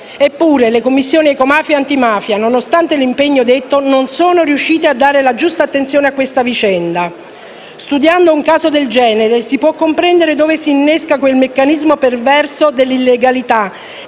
Eppure le Commissioni ecomafie e antimafia, nonostante l'impegno detto, non sono riuscite a dare la giusta attenzione alla vicenda. Studiando un caso del genere, si può comprendere dove si innesca quel meccanismo perverso dell'illegalità,